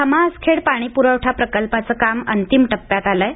भामा आसखेड पाणी प्रवठा प्रकल्पाचं काम अंतिम टप्प्यात आलं आहे